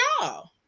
y'all